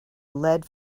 led